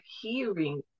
hearing